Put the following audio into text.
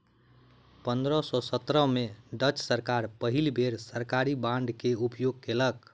पंद्रह सौ सत्रह में डच सरकार पहिल बेर सरकारी बांड के उपयोग कयलक